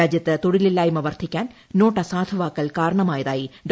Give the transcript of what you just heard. രാജ്യത്ത് തൊഴിലില്ലായ്മ വർദ്ധിക്കാൻ നോട്ട് അസാധുവാക്കൽ കാരണമായതായി ഡോ